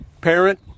Parent